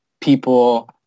people